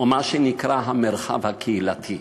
או מה שנקרא "המרחב הקהילתי".